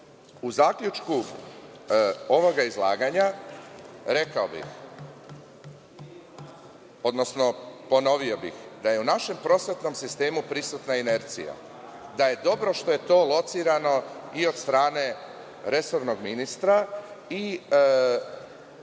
zaključku ovog izlaganja rekao bih, odnosno ponovio, da je u našem prosvetnom sistemu prisutna inercija, da je dobro što je to locirano i od strane resornog ministra i